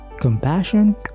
compassion